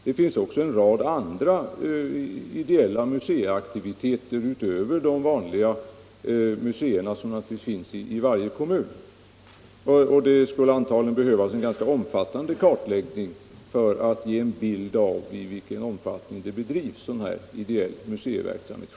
Det finns också en rad andra ideella museiaktiviteter utöver de vanliga museerna i varje kommun, och det skulle antagligen behövas en ganska omfattande kartläggning för att ge en bild av i vilken omfattning sådan här ideell museiverksamhet bedrivs.